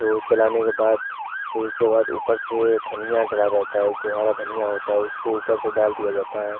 तो चलाने के बाद फिर उसके बाद ऊपर से धनिया डाला जाता है जो हरा धनिया होता है उसको ऊपर से डाल दिया जाता है